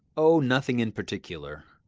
oh, nothing in particular,